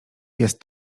jest